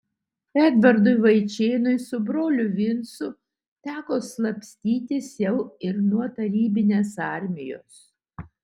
edvardui vaičėnui su broliu vincu teko slapstytis jau ir nuo tarybinės armijos